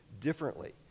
differently